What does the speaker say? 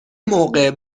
موقع